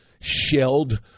shelled